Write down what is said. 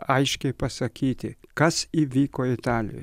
aiškiai pasakyti kas įvyko italijoj